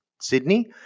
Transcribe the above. Sydney